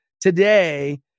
today